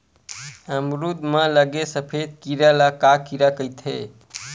अमरूद म लगे सफेद कीरा ल का कीरा कइथे?